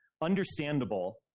understandable